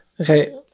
okay